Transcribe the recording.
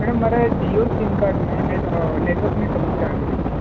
madam મારે Jio sim કાર્ડમાં નેટવર્કની સમસ્યા આવી રહી છે